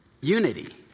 Unity